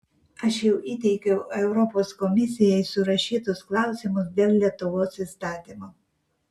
aš jau įteikiau europos komisijai surašytus klausimus dėl lietuvos įstatymo